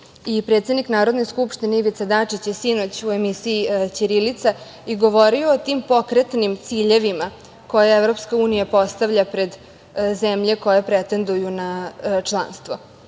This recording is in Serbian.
Predsednik Narodne skupštine, Ivica Dačić, sinoć je u emisiji „Ćirilica“ i govorio o tim pokretnim ciljevima koje EU postavlja pred zemlje koje pretenduju na članstvo,